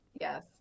yes